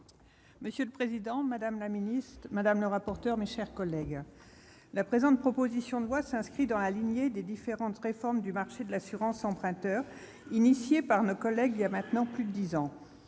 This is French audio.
Madame la présidente, madame la secrétaire d'État, mes chers collègues, la présente proposition de loi s'inscrit dans la lignée des différentes réformes du marché de l'assurance emprunteur initiée par nos collègues voilà maintenant plus de dix ans.